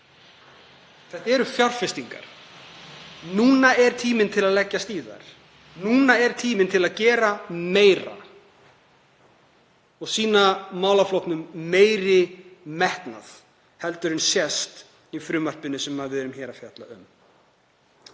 Þetta eru fjárfestingar og núna er tíminn til að leggjast í þær. Núna er tíminn til að gera meira og sýna meiri metnað í málaflokknum en sést í frumvarpinu sem við erum hér að fjalla um.